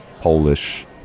Polish